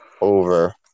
over